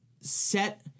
set